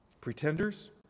Pretenders